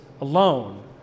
alone